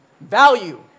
value